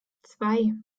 zwei